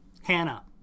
hannah